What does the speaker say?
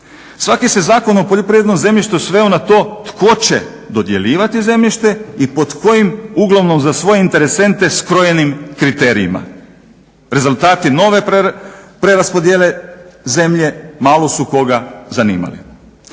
Svaki se Zakon o poljoprivrednom zemljištu sveo na to tko će dodjeljivati zemljište i pod kojim uglavnom za svoje interesente skrojenim kriterijima. Rezultati nove preraspodjele zemlje malo su koga zanimale.